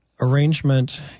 arrangement